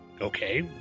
okay